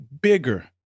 bigger